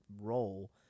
role